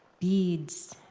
beads